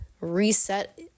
reset